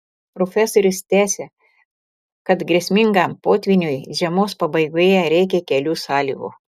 profesorius tęsia kad grėsmingam potvyniui žiemos pabaigoje reikia kelių sąlygų